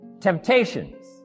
Temptations